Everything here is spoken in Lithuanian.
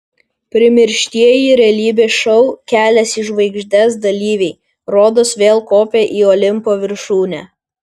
primirštieji realybės šou kelias į žvaigždes dalyviai rodos vėl kopia į olimpo viršūnę